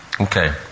Okay